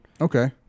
Okay